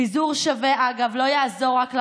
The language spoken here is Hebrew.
פיזור שווה, אגב, לא יעזור רק לרשויות,